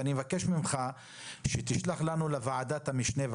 אני מבקש ממך לשלוח לוועדת המשנה את